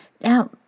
Now